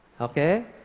Okay